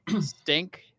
stink